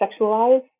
sexualize